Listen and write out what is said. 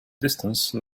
distance